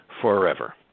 forever